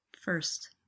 first